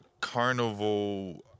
carnival